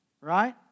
right